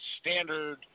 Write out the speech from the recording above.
standard